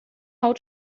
how